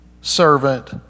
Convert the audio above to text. servant